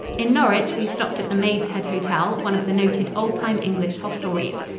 in norwich we stopped at the maid's head hotel, one of the noted old-time english hostelries.